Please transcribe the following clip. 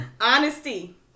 Honesty